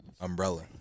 umbrella